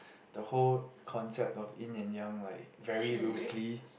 the whole concept of Yin and Yang like very loosely